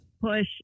push